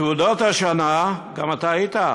בתעודות השנה, גם אתה היית?